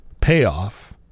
payoff